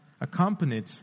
accompanied